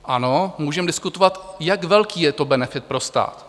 Ano, můžeme diskutovat, jak velký je to benefit pro stát.